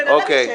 בן-אדם יושב,